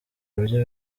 buryo